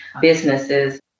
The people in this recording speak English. businesses